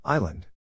Island